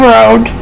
Road